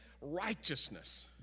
righteousness